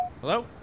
Hello